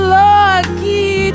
lucky